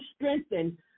strengthened